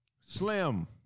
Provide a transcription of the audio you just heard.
Slim